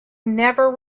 never